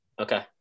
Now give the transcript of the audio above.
okay